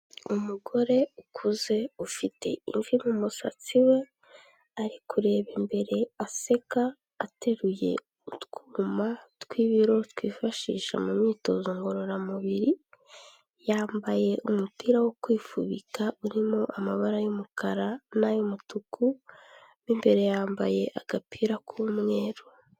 Umugore ukuze ufite imvi mu musatsi we ari kureba imbere aseka ateruye utwuma tw'ibiro twifashisha mu myitozo ngororamubiri, yambaye umupira wo kwifubita urimo amabara y'umukara n'ay'umutuku mu imbere yambaye agapira k'umweru.